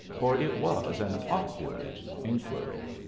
for it was an awkward inquiry.